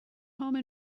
home